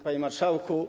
Panie Marszałku!